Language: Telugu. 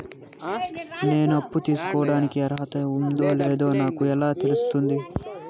నేను అప్పు తీసుకోడానికి అర్హత ఉందో లేదో నాకు ఎలా తెలుస్తుంది?